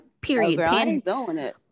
period